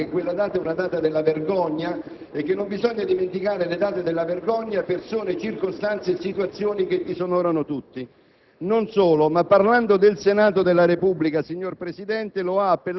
sul decreto fiscale, l'autore afferma che quella è una data della vergogna e che non bisogna «dimenticare le date della vergogna, persone, circostanze e situazioni che disonorano tutti».